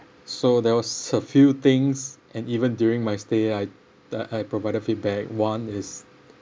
so there was a few things and even during my stay I the I provided feedback one is